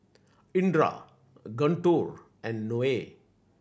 Indra Guntur and Noah